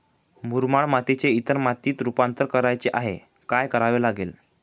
मुरमाड मातीचे इतर मातीत रुपांतर करायचे आहे, काय करावे लागेल?